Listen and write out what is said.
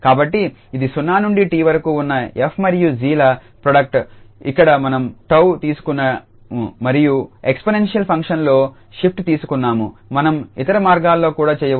కాబట్టి ఇది 0 నుండి 𝑡 వరకు ఉన్న 𝑓 మరియు 𝑔 ల ప్రోడక్ట్ఇక్కడ మనం 𝜏 తీసుకున్నాము మరియు ఎక్స్పోనెన్షియల్ ఫంక్షన్లో షిఫ్ట్ తీసుకున్నాము మనం ఇతర మార్గంలో కూడా చేయవచ్చు